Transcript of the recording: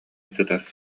сытар